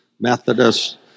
Methodists